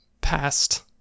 past